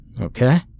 okay